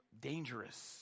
dangerous